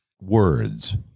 Words